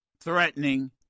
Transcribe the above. threatening